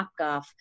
knockoff